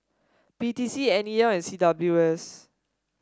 P T C N E L and C W S